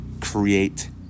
create